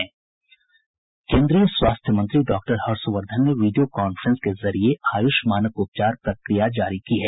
केन्द्रीय स्वास्थ्य मंत्री डॉक्टर हर्षवर्धन ने वीडियो कांफ्रेंस के जरिये आयुष मानक उपचार प्रक्रिया जारी की है